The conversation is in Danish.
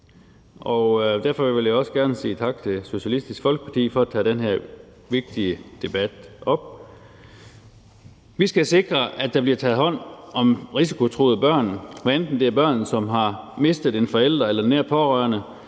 Derfor vil jeg også gerne sige tak til Socialistisk Folkeparti for at tage det her vigtige emne op. Vi skal sikre, at der bliver taget hånd om risikotruede børn, hvad enten det er børn, som har mistet en forælder eller en nær pårørende,